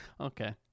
okay